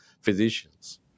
physicians